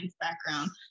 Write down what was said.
background